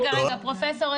בבקשה.